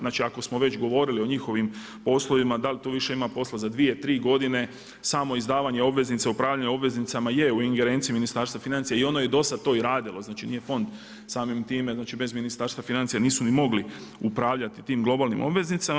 Znači ako smo već govorili o njihovim poslovima da li tu više ima posla za 2, 3 godine, samo izdavanje obveznica, upravljanje obveznicama je u ingerenciji Ministarstva financija i ono je i do sada to radilo, znači nije fond samim time, znači bez Ministarstva financija, nisu ni mogli upravljati tim globalnim obveznicama.